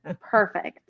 Perfect